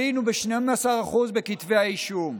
עלינו ב-12% בכתבי האישום.